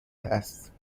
است